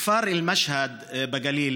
כפר אל-משהד בגליל